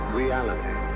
reality